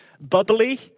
bubbly